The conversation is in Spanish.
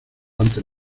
antes